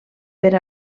per